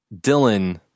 Dylan